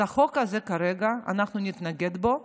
אז כרגע אנחנו נתנגד לחוק הזה,